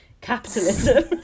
capitalism